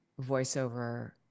voiceover